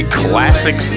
classic